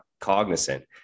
cognizant